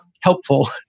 helpful